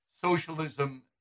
socialism